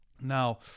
Now